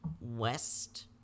west